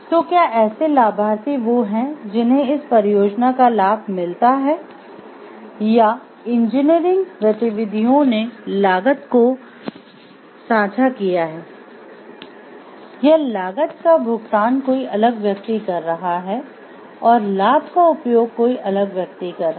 तो क्या ऐसे लाभार्थी वो हैं जिन्हें इस परियोजना का लाभ मिलता है या इंजीनियरिंग गतिविधि ने लागत को भी साझा किया है या लागत का भुगतान कोई अलग व्यक्ति कर रहा है और लाभ का उपयोग कोई अलग व्यक्ति कर रहा है